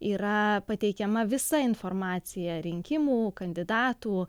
yra pateikiama visa informacija rinkimų kandidatų